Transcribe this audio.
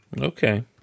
Okay